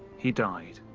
he died,